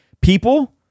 people